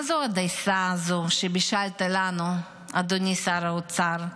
מה זו הדייסה הזאת שבישלת לנו, אדוני שר האוצר?